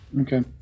okay